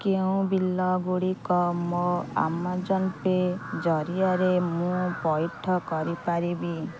କେଉଁ ବିଲ୍ଗୁଡ଼ିକ ମୋ ଆମାଜନ୍ ପେ ଜରିଆରେ ମୁଁ ପଇଠ କରିପାରିବି